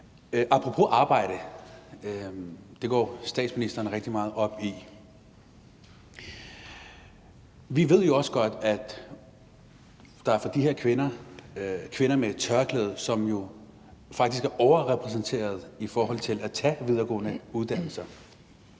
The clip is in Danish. Apropos arbejde, som statsministeren går rigtig meget op i, ved vi jo godt, at de her kvinder med tørklæde faktisk er overrepræsenteret i forhold til at tage en videregående uddannelse,